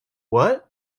what